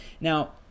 Now